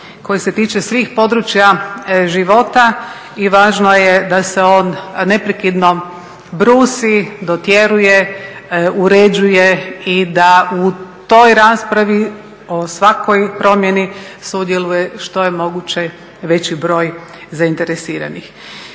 koji se tiče svih područja života i važno je da se on neprekidno brusi, dotjeruje, uređuje i da u toj raspravi o svakoj promjeni sudjeluje što je moguće veći broj zainteresiranih.